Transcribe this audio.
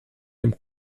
dem